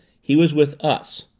he was with us.